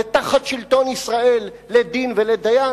ותחת שלטון ישראל לית דין ולית דיין,